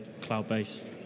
cloud-based